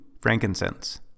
frankincense